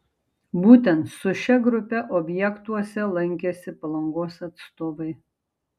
būtent su šia grupe objektuose lankėsi palangos atstovai